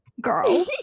girl